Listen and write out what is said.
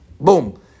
boom